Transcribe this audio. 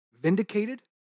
vindicated